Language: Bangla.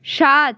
সাত